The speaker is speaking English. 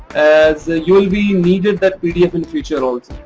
as you will be needed that pdf in future also.